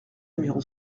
numéro